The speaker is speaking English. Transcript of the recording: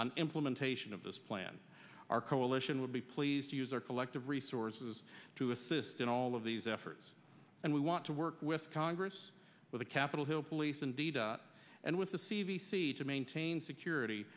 on implementation of this plan our coalition will be pleased to use our collective resources to assist in all of these efforts and we want to work with congress with the capitol hill police indeed and with the c d c to maintain security